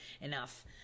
enough